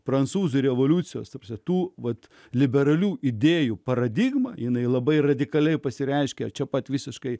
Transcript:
prancūzų revoliucijos apsėtų vat liberalių idėjų paradigma jinai labai radikaliai pasireiškia čia pat visiškai